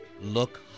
Look